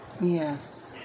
yes